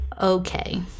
okay